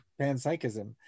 panpsychism